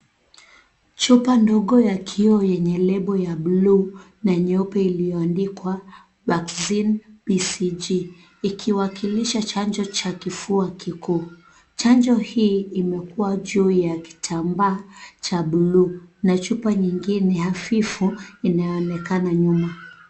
Chupa ndogo ya kioo yenye lebo ya blue na nyeupe iliyoandikwa Vaccine BCG, ikiwakilisha chanjo cha kifua kikuu. Chanjo hii imekua juu ya kitambaa cha blue , na chupa nyingine hafifu inaonekana nyuma.